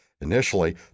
Initially